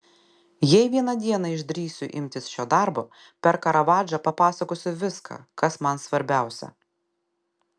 jei vieną dieną išdrįsiu imtis šio darbo per karavadžą papasakosiu viską kas man svarbiausia